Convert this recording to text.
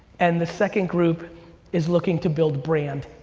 and the second group is looking to build brand,